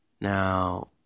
Now